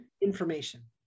Information